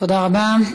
תודה רבה.